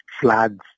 floods